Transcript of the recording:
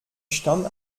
stand